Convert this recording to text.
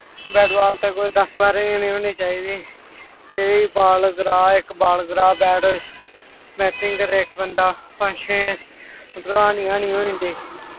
bat ball ते कोई दस बारां जने होने चाहिदे जेह्ड़ी बाल करा इक बाल करा बैट बैटिंग करै इक बंदा पंज छे मतलब हानी हानी होई जंदे